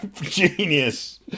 genius